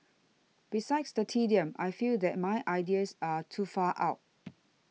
besides the tedium I feel that my ideas are too far out